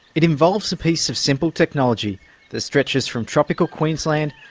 it involves a piece of simple technology that stretches from tropical queensland,